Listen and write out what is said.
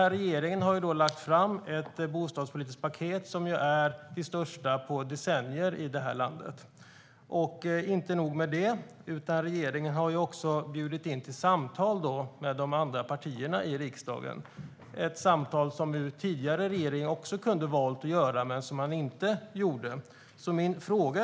Regeringen har lagt fram ett bostadspolitiskt paket som är det största på decennier i det här landet. Men inte nog med det, regeringen har också bjudit in de andra partierna i riksdagen till samtal. Det kunde tidigare regeringar också ha valt att göra, men det gjorde de inte.